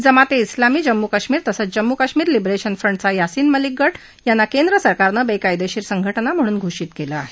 जमाते इस्लामी जम्मू कश्मीर तसंच जम्मू कश्मीर लिबरेशन फ्रंटचा यासिन मलिक गट यांना केंद्रसरकारनं बेकायदेशीर संघटना म्हणून घोषित केलं आहे